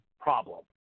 problem